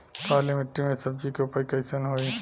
काली मिट्टी में सब्जी के उपज कइसन होई?